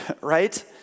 Right